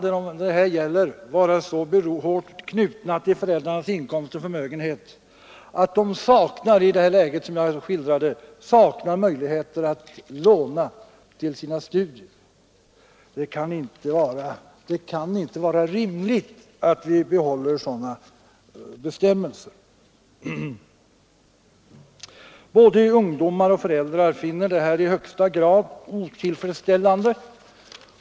Ändå är de så hårt knutna till föräldrarnas inkomster och förmögenhet att de i vissa fall — det exempel jag skildrade var ett sådant — saknar möjligheter att erhålla studielån. Det kan inte vara rimligt att vi behåller sådana bestämmelser. Både ungdomar och föräldrar finner det nuvarande systemet i högsta grad otillfredsställande.